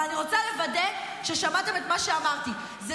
אבל אני רוצה לוודא ששמעתם את מה שאמרתי: זה